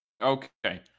okay